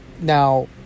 Now